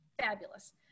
fabulous